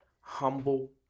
humble